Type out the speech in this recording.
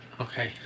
Okay